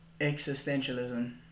Existentialism